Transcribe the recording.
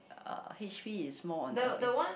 uh H_P is more on L_A